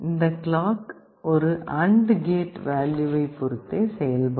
இந்த கிளாக் ஒரு AND gate வேல்யூவை பொறுத்தே செயல்படும்